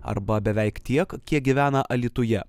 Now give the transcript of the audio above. arba beveik tiek kiek gyvena alytuje